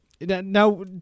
Now